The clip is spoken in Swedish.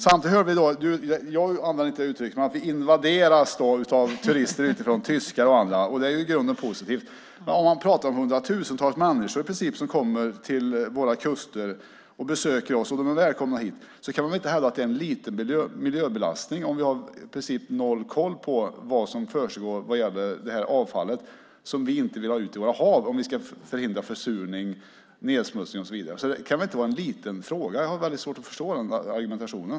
Samtidigt har vi hört att vi invaderas av turister - jag använde dock inte det uttrycket - i form av tyskar och andra, vilket i grunden är positivt. Om vi talar om hundratusentals människor som kommer och besöker våra kuster - och de är välkomna hit - kan vi inte hävda att det är fråga om en liten miljöbelastning ifall vi i princip har noll koll på vad som försiggår i fråga om avfallet. Vi vill ju inte ha ut det i våra hav och sjöar om vi ska kunna förhindra försurning, nedsmutsning och så vidare. Det kan väl inte vara en liten fråga. Jag har svårt att förstå den argumentationen.